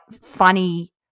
funny